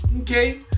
okay